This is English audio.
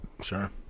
Sure